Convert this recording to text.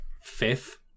fifth